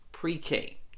pre-k